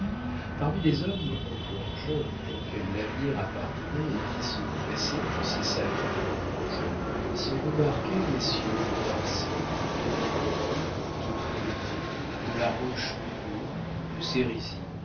parmi les hommes encore jeunes auxquels l'avenir appartenait et qui se pressaient dans ses salons aux grands jours se remarquaient messieurs de marsay de ronquerolles de montriveau de la roche-hugon de